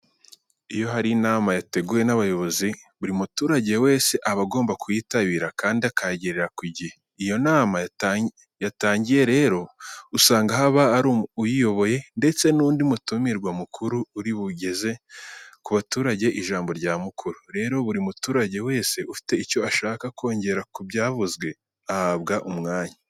Iyo hari inama yateguwe n'abayobozi, buri muturage wese aba agomba kuyitabira kandi akahagerera ku gihe. Iyo inama yatangiye rero usanga haba hari uyiyoboye ndetse n'undi mutumirwa mukuru uri bugeze ku baturage ijambo nyamukuru. Rero, buri muturage wese ufite icyo ashaka kongera ku byavuzwe ahabwa umwanya.